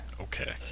Okay